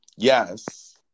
Yes